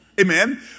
amen